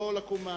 לא לקום,